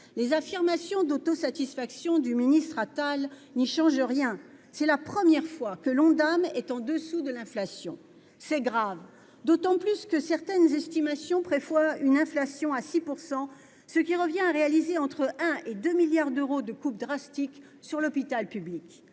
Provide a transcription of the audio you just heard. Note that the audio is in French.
Les affirmations d'autosatisfaction du ministre Attal n'y changent rien. C'est la première fois que l'Ondam est inférieur à l'inflation. C'est d'autant plus grave que certaines estimations prévoient une inflation à 6 %, ce qui revient à réaliser entre 1 et 2 milliards d'euros de coupes drastiques aux dépens de l'hôpital public.